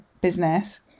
business